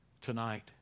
tonight